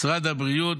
משרד הבריאות,